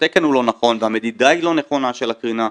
שהתקן הוא לא נכון והמדידה היא לא נכונה שלה קרינה,